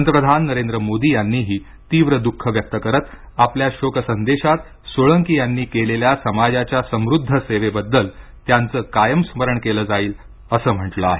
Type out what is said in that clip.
पंतप्रधान नरेंद्र मोदी यांनीही तीव्र दुःख व्यक्त करत आपल्या शोक संदेशात सोळंकी यांनी केलेल्या समाजाच्या समृद्ध सेवेबद्दल त्यांच कायम स्मरण केल जाईल असं म्हटलं आहे